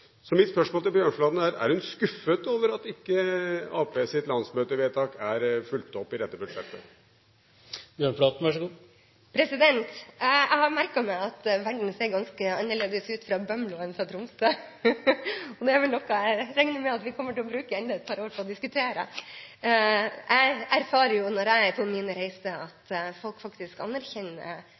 Mitt spørsmål til Bjørnflaten er: Er hun skuffet over at ikke Arbeiderpartiets landsmøtevedtak er fulgt opp i dette budsjettet? Jeg har merket meg at verden ser ganske annerledes ut fra Bømlo enn fra Tromsø. Det er noe jeg regner med at vi kommer til å bruke enda et par år på å diskutere. Når jeg er på mine reiser, erfarer jeg at folk faktisk anerkjenner det